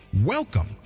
Welcome